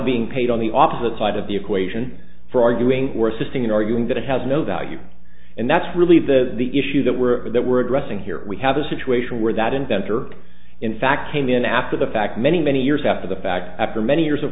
being paid on the opposite side of the equation for arguing or sustaining arguing that it has no value and that's really the the issue that we're that we're addressing here we have a situation where that inventor in fact came in after the fact many many years after the fact after many years of